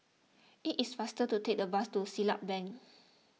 it is faster to take the bus to Siglap Bank